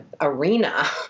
arena